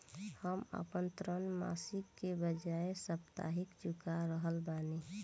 हम आपन ऋण मासिक के बजाय साप्ताहिक चुका रहल बानी